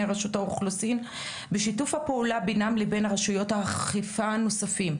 רשות האוכלוסין ושיתוף הפעולה בינם לבין הרשויות האכיפה הנוספים.